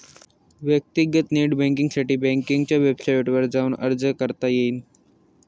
व्यक्तीगत नेट बँकींगसाठी बँकेच्या वेबसाईटवर जाऊन अर्ज करता येईल